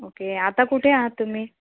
okay आता कुठे आहात तुम्ही